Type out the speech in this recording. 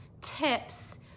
tips